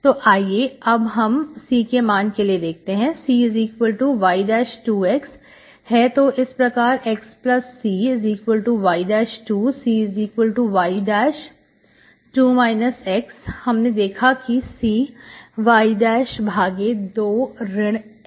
तो आइए अब हम सीके मान के लिए देखते हैं Cy2x है तो इस प्रकार xCy2Cy2 x हमने देखा कि C y भागे 2 ऋण x है